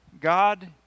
God